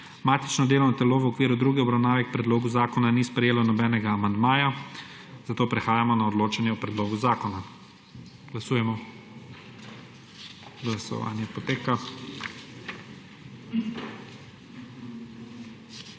Matično delovno telo v okviru druge obravnave k predlogu zakona ni sprejelo nobenega amandmaja, zato prehajamo na odločanje o predlogu zakona. Glasujemo. Navzočih